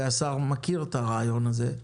והשר מכיר את הרעיון הזה,